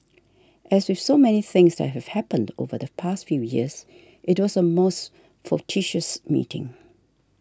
as with so many things that have happened over the past few years it was a most fortuitous meeting